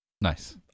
Nice